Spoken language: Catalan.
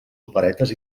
operetes